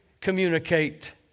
communicate